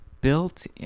built